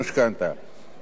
המסלול הוא בחירה,